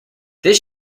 this